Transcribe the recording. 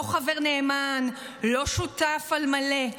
לא חבר נאמן, לא שותף על מלא.